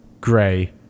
gray